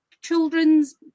children's